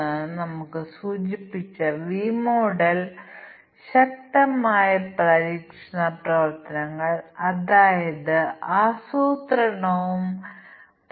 ഇത് 3000 ൽ കൂടുതലാണെങ്കിലും ഇത് ഒരു ആഭ്യന്തര വിമാനമാണെങ്കിൽ ഞങ്ങൾ സൌജന്യ ഭക്ഷണം നൽകില്ല